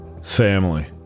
Family